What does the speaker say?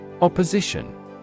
Opposition